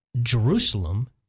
Jerusalem